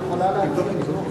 אני מבקשת מכבוד היושב-ראש,